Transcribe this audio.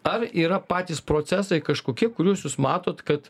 ar yra patys procesai kažkokie kuriuos jūs matot kad